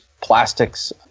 plastics